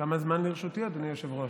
כמה זמן לרשותי, אדוני היושב-ראש?